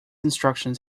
instructions